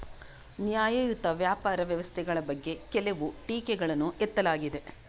ನ್ಯಾಯಯುತ ವ್ಯಾಪಾರ ವ್ಯವಸ್ಥೆಗಳ ಬಗ್ಗೆ ಕೆಲವು ಟೀಕೆಗಳನ್ನು ಎತ್ತಲಾಗಿದೆ